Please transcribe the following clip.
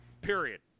Period